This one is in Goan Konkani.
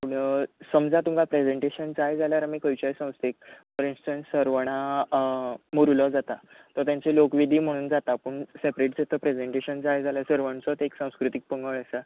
समजा तुमकां प्रॅजँटेशन जाय जाल्यार आमी खंयच्याय संस्थेक फॉर इन्स्टंस सरवणां मोरुलो जाता तो तांचे लोकवेदी म्हणून जाता पूण सॅपरेट जर तर प्रँजँटेशन जाय जाल्यार सरवणचोत एक संस्कृतीक पंगड आसा